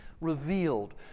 revealed